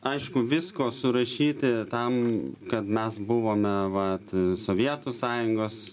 aišku visko surašyti tam kad mes buvome vat sovietų sąjungos